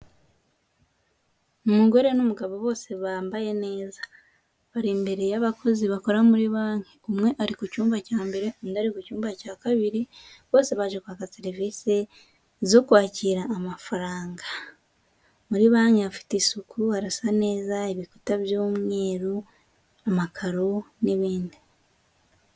Umugore n'umugabo bose bambaye neza, bari imbere y'abakozi bakora muri banki. Umwe ari ku cyumba cya mbere undi ari ku cyumba cya kabiri, bose baje kwaka serivise zo kwakira amafaranga. Muri banki hafite isuku, harasa neza ibikuta by'umweru, amakaro n'ibindi.